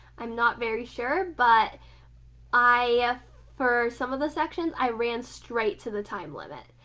i'm not very sure, but i for some of the sections i ran straight to the time limit.